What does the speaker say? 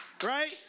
Right